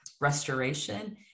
restoration